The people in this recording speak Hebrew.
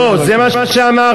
לא, זה מה שאמרתי.